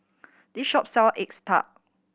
this shop sell eggs tart